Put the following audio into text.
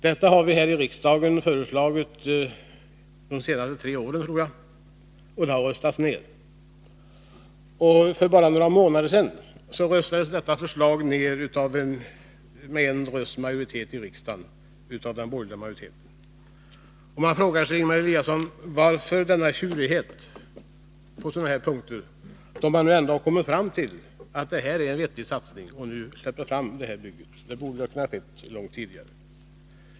Detta har vi socialdemokrater föreslagit här i riksdagen de senaste tre åren, men det förslaget har röstats ned. För bara några månader sedan röstades detta förslag ned i riksdagen med en rösts övervikt av den borgerliga majoriteten. Man frågar sig, Ingemar Eliasson: Varför denna tjurighet, när regeringen nu ändå har kommit fram till att detta är en vettig satsning och nu medger detta bygge? Det borde ha kunnat ske långt tidigare.